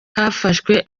hafashwe